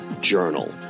Journal